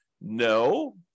No